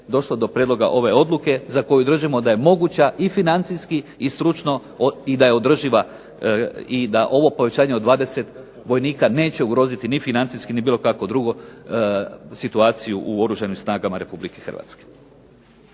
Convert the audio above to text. došlo do prijedloga ove odluke za koju držimo da je moguća i financijski i stručno i da je održiva i da ovo povećanje od 20 vojnika neće ugroziti ni financijski ni bilo kako drugo situaciju u Oružanim snagama RH. I isto tako